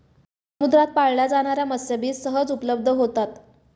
समुद्रात पाळल्या जाणार्या मत्स्यबीज सहज उपलब्ध होतात